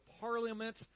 parliament